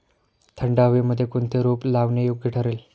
थंड हवेमध्ये कोणते रोप लावणे योग्य ठरेल?